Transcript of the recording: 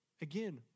again